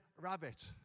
rabbit